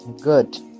good